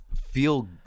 feel